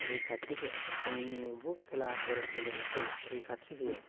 रैखाथि जोंनि बे खेलाफोर गेलेनायखौ रैखाथि होयो